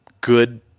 good